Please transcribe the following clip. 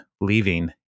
leaving